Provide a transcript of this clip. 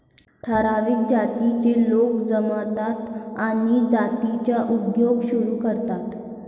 ठराविक जातीचे लोक जमतात आणि जातीचा उद्योग सुरू करतात